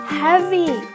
heavy